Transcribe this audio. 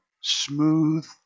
smooth